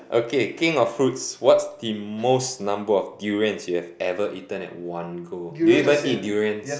okay king of fruits what's the most number of durians you have ever eaten at one go do you even eat durians